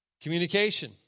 Communication